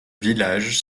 village